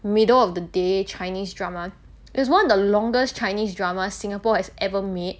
middle of the day chinese drama it's one of the longest chinese drama Singapore has ever made